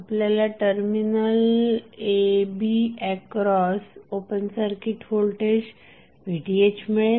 आपल्याला terminal a b across open circuit voltage VTh मिळेल